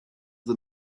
the